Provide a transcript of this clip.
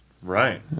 Right